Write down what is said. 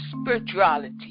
spirituality